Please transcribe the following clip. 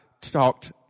talked